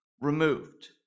removed